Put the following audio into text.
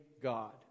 God